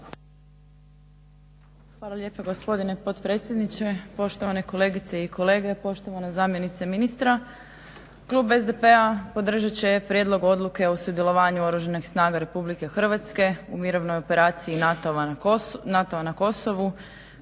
Hvala lijepa gospodine potpredsjedniče, poštovane kolegice i kolege, poštovana zamjenice ministra. Klub SDP-a podržat će prijedlog Odluke o sudjelovanju Oružanih snaga RH u Mirovnoj operaciji NATO-a na Kosovu